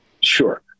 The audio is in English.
Sure